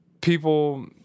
people